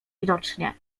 widocznie